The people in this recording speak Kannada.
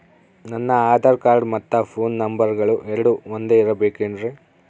ನನ್ನ ಆಧಾರ್ ಕಾರ್ಡ್ ಮತ್ತ ಪೋನ್ ನಂಬರಗಳು ಎರಡು ಒಂದೆ ಇರಬೇಕಿನ್ರಿ?